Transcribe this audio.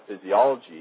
Physiology